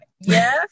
Yes